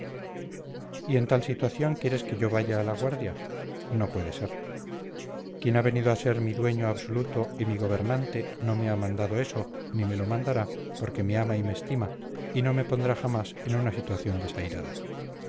y en tal situación quieres que yo vaya a la guardia no puede ser quien ha venido a ser mi dueño absoluto y mi gobernante no me ha mandado eso ni me lo mandará porque me ama y me estima y no me pondrá jamás en una situación desairada